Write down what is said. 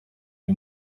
iyi